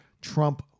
Trump